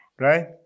Right